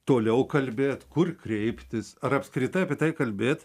toliau kalbėt kur kreiptis ar apskritai apie tai kalbėt